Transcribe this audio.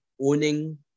owning